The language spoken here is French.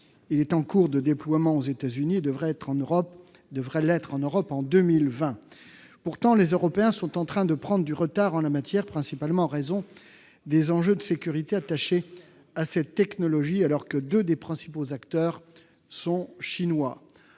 il est en cours de déploiement aux États-Unis et devrait l'être en Europe en 2020. Pourtant, les Européens sont en train de prendre du retard en la matière, principalement en raison des enjeux de sécurité attachés à cette technologie, alors que deux de ses principaux acteurs sont chinois.